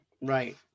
Right